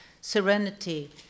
serenity